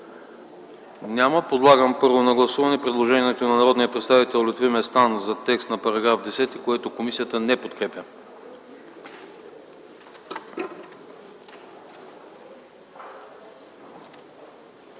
Няма. Първо, подлагам на гласуване предложението на народния представител Лютви Местан за текст на § 10, който комисията не подкрепя.